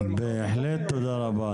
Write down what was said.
תודה רבה.